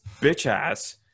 bitch-ass